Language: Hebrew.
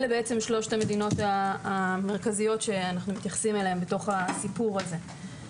אלה שלושת המדינות המרכזיות שאנחנו מתייחסים אליהן בסיפור הזה.